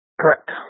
Correct